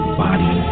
body